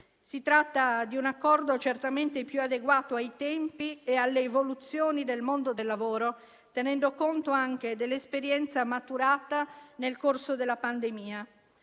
Si tratta di un accordo certamente più adeguato ai tempi e alle evoluzioni del mondo del lavoro, tenendo conto anche dell'esperienza maturata nel corso della pandemia.